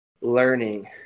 learning